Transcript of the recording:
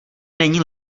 není